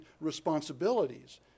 responsibilities